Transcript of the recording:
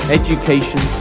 education